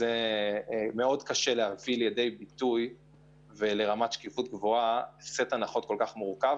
מאוד קשה להביא לידי רמת שקיפות גבוהה סט הנחות כל כף מורכב,